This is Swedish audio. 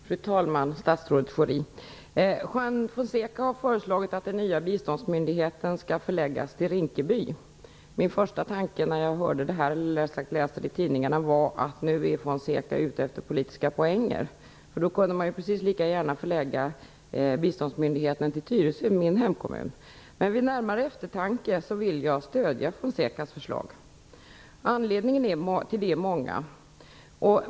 Fru talman! Statsrådet Schori! Juan Fonseca har föreslagit att den nya biståndsmyndigheten skall förläggas till Rinkeby. Min första tanke när jag hörde detta, eller rättare sagt läste det i tidningarna, var: Nu är Fonseca ute efter politiska poänger. Man kunde precis lika gärna förlägga biståndsmyndigheten till Tyresö, min hemkommun. Men vid närmare eftertanke vill jag stödja Fonsecas förslag. Anledningarna till det är många.